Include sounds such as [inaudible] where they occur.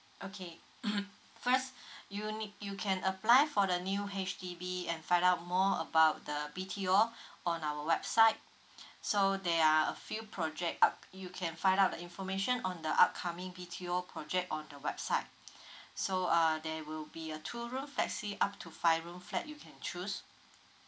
okay [noise] first you nee~ you can apply for the new H_D_B and find out more about the B_T_O on our website so there are a few project up you can find out the information on the upcoming B_T_O project on the website so uh there will be a two room flexi up to five room flat you can choose